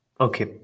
Okay